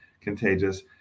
contagious